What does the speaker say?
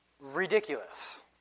ridiculous